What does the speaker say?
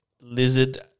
lizard